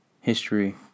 History